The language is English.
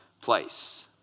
place